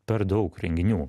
per daug renginių